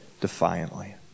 defiantly